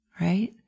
right